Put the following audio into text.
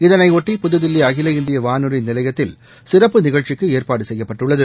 இதையொட்டி புதுதில்லி அகில இந்திய வானொலி நிலையத்தில் சிறப்பு நிகழ்ச்சிக்கு ஏற்பாடு செய்யப்பட்டுள்ளது